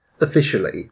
officially